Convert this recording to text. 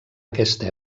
aquesta